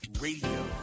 Radio